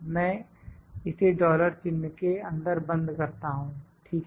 मैं इसे डॉलर चिन्ह के अंदर बंद करता हूं ठीक है